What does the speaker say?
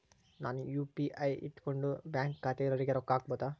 ನಾನು ಯು.ಪಿ.ಐ ಇಟ್ಕೊಂಡು ಬ್ಯಾಂಕ್ ಖಾತೆ ಇರೊರಿಗೆ ರೊಕ್ಕ ಹಾಕಬಹುದಾ?